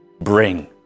bring